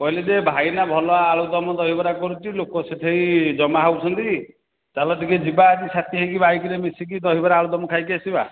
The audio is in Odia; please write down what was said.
କହିଲେ ଯେ ଭାଇନା ଭଲ ଆଳୁଦମ୍ ଦହିବରା କରୁଛି ଲୋକ ସେଠି ଜମା ହେଉଛନ୍ତି ଚାଲ ଟିକିଏ ଯିବା ଆଜି ସାଥି ହୋଇକି ବାଇକ୍ରେ ମିଶିକି ଦହିବରା ଆଳୁଦମ୍ ଖାଇକି ଆସିବା